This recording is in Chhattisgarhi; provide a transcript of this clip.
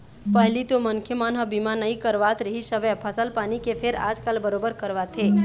पहिली तो मनखे मन ह बीमा नइ करवात रिहिस हवय फसल पानी के फेर आजकल बरोबर करवाथे